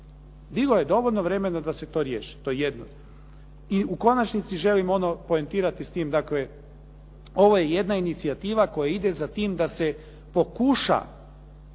Bilo je dovoljno vremena da se to riješi, to je jedno. I u konačnici želim ono poentirati s tim. Dakle, ovo je jedna inicijativa koja ide za tim da se pokuša